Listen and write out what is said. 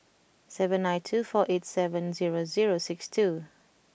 seven nine two four eight seven zero zero six two